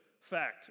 fact